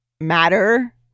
matter